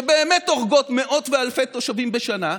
שבאמת הורגות מאות ואלפי תושבים בשנה,